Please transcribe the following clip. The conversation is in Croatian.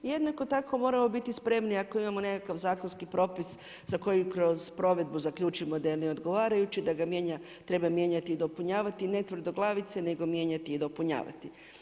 I jednako tako moramo biti spremni ako imamo nekakav zakonski propis za koji kroz provedbu zaključimo da je neodgovarajući, da ga treba mijenjati i dopunjavati, ne tvrdoglavit se nego mijenjati i dopunjavati.